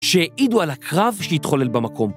שהעידו על הקרב שהתחולל במקום.